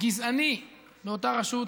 גזעני מאותה רשות,